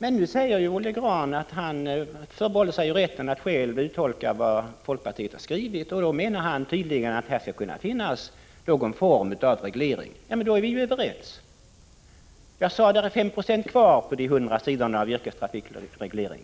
Men nu säger Olle Grahn att han förbehåller sig rätten att själv uttolka vad folkpartiet har skrivit, och han har tydligen menat att det här måste kunna finnas någon form av reglering. Men då är vi ju överens. Jag sade att här finns 5 96 kvar av de 100 sidorna om yrkestrafikreglering.